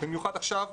במיוחד עכשיו,